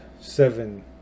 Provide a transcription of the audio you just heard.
seven